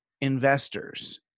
investors